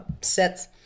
sets